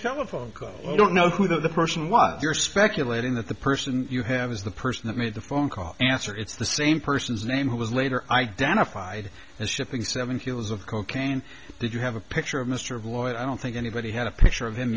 telephone call i don't know who the person was you're speculating that the person you have is the person that made the phone call answer it's the same person's name who was later identified as shipping seven kilos of cocaine did you have a picture of mr of lloyd i don't think anybody had a picture of him